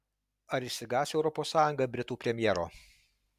ar išsigąs europos sąjunga britų premjero